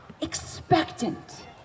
expectant